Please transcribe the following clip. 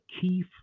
Keith